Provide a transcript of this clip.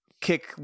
Kick